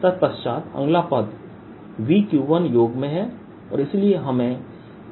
तत्पश्चात अगला पद Vq1 योग में है